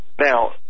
Now